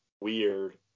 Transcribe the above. weird